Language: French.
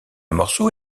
morceau